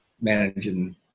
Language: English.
managing